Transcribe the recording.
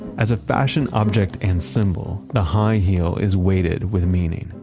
as a fashion object and symbol, the high heel is weighted with meaning.